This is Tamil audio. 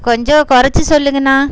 கொஞ்சம் குறைச்சி சொல்லுங்கண்ணா